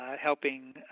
helping